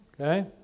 okay